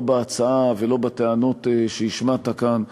לא בהצעה ולא בטענות שהשמעת כאן.